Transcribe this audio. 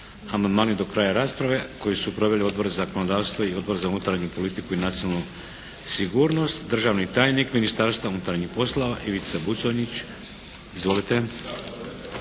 Amandmani do kraja rasprave. Koji su proveli Odbor za zakonodavstvo i Odbor za unutarnju politiku i nacionalnu sigurnost. Državni tajnik Ministarstva unutarnjih poslova, Ivica Buconjić. Izvolite.